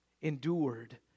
endured